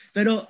Pero